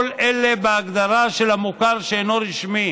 כל אלה בהגדרה של המוכר שאינו רשמי,